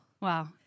Wow